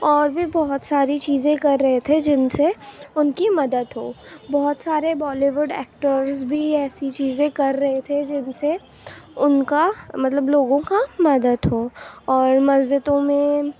اور بھی بہت ساری چیزیں کر رہے تھے جن سے ان کی مدد ہو بہت سارے بالی ووڈ ایکٹرس بھی ایسی چیزیں کر رہے تھے جن سے ان کا مطلب لوگوں کا مدد ہو اور مسجدوں میں